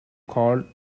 called